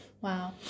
Wow